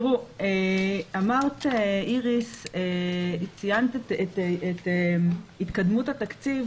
איריס ציינה את התקדמות התקציב.